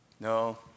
No